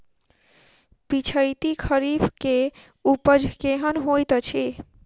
पिछैती खरीफ मे उपज केहन होइत अछि?